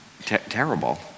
Terrible